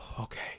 Okay